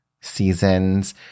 seasons